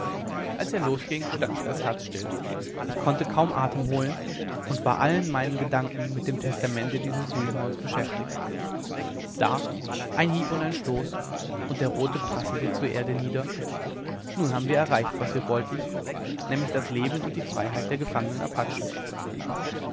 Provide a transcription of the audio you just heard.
als er losging stand mir das herz still ich konnte kaum atem holen und war allen meinen gedanken mit dem testamente dieses greenhorns beschäftigt da ein hieb und ein stoß und der rote prasselte zur erde nieder nun haben wir erreicht was wir wollten nämlich das leben und die freiheit der gefangenen apachen